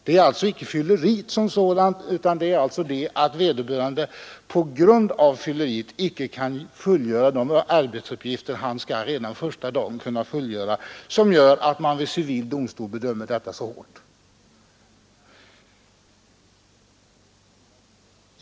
Det är alltså icke fylleriet som sådant som straffutmätningen vid civil domstol grundar sig på, utan det är förhållandet att vederbö rande på grund av fylleri icke kan fullgöra de arbetsuppgifter som han redan första dagen skall kunna fullgöra. Därför bedöms alltså detta så hårt vid civil domstol.